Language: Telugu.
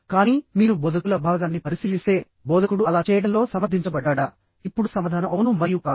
కానీ మీరు బోధకుల భాగాన్ని పరిశీలిస్తే బోధకుడు అలా చేయడంలో సమర్థించబడ్డాడాఇప్పుడు సమాధానం అవును మరియు కాదు